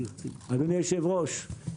אדוני היושב-ראש,